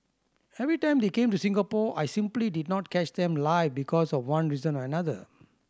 every time they came to Singapore I simply did not catch them live because of one reason or another